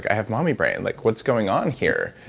i have mommy brain. like, what's going on here?